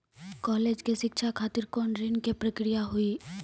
College के शिक्षा खातिर कौन ऋण के प्रक्रिया हुई?